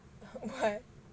what